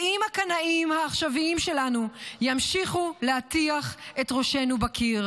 ואם הקנאים העכשוויים שלנו ימשיכו להטיח את ראשנו בקיר,